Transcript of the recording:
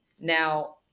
Now